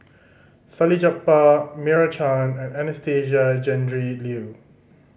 Salleh Japar Meira Chand and Anastasia Tjendri Liew